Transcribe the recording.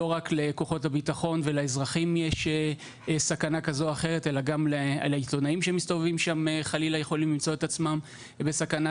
כל אדם יהפוך לעיתונאי ויפיץ דברים ללא שום פיקוח.